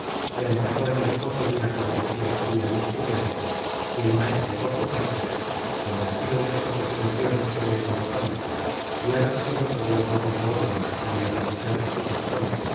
se encerró en el coto de una cortesía fría y estudiada y el maestre por su parte convencido de que su resolución era irrevocable y harto celoso del honor de su orden y de la dignidad de su persona